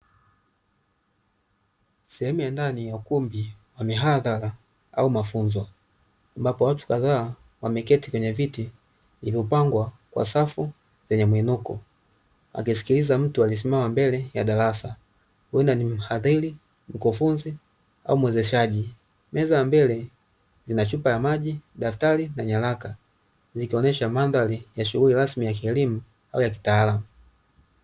Sehemu ya ndani ya ukumbi wa mihadhara au mafunzo, ambapo watu kadhaa wameketi kwenye viti vilivyopangwa kwa safu zenye mwinuko ,wakisikiliza mtu aliyesimama mbele ya darasa huenda ni mhadhiri, mkufunzi au mwezeshaji. Meza mbili zina chupa ya maji, daftari na nyaraka zikionyesha mandhari ya shughuli rasmi ya kielimu au ya kitaalamu.